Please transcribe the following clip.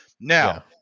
Now